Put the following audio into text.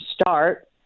start